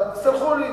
סלחו לי